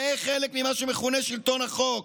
זה חלק ממה שמכונה שלטון החוק.